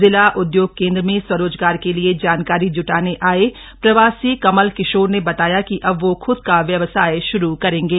जिला उद्योग केंद्र में स्वरोजगार के लिए जानकारी जुटाने आए प्रवासी कमल किशोर ने बताया कि अब वो खुद का व्यवसाय शुरू करेंगे